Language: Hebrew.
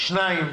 שתיים,